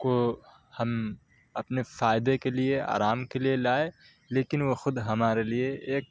کو ہم اپنے فائدے کے لیے آرام کے لیے لائے لیکن وہ خود ہمارے لیے ایک